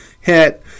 hit